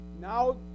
Now